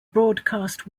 broadcast